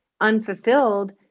unfulfilled